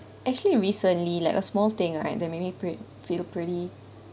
actually recently like a small thing right they maybe me pre~ feel pretty